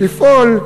לפעול,